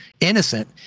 innocent